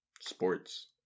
Sports